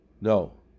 no